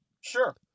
Sure